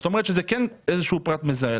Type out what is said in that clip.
זאת אומרת שזה כן איזשהו פרט מזהה.